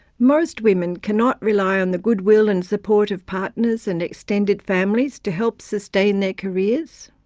most women cannot rely on the goodwill and support of partners and extended families to help sustain their careers.